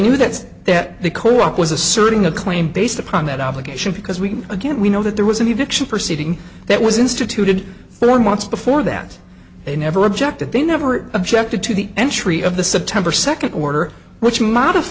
knew that that the co op was asserting a claim based upon that obligation because we again we know that there was any addiction proceeding that was instituted long months before that they never objected they never objected to the entry of the september second order which mod